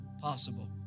possible